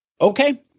Okay